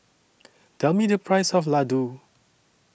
Tell Me The Price of Ladoo